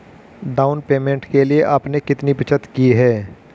Down payment के लिए आपने कितनी बचत की है?